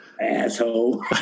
Asshole